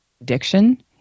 addiction